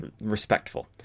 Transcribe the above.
respectful